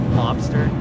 lobster